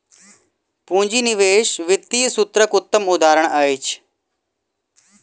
पूंजी निवेश वित्तीय सूत्रक उत्तम उदहारण अछि